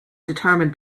determined